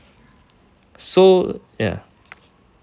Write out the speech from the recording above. so ya